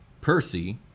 Percy